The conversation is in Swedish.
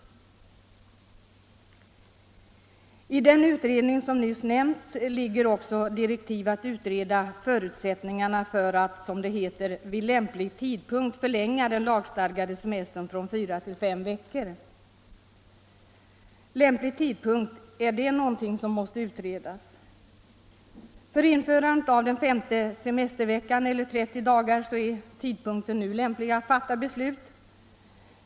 Den utredning som jag här nämnde har också fått direktiv att utreda förutsättningarna för att, som det heter, vid lämplig tidpunkt förlänga den lagstadgade semestern från fyra till fem veckor. Lämplig tidpunkt — är det någonting som måste utredas? För införande av den femte semesterveckan eller 30 dagar är tidpunkten nu lämplig att fatta beslut.